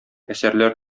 әсәрләр